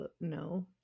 no